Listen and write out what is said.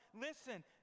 Listen